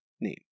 name